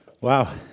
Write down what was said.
Wow